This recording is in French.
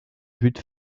but